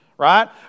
right